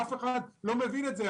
אף אחד לא מבין את זה.